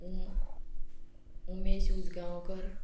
Umesh Usgaonkar